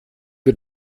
wir